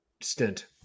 stint